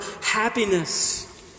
happiness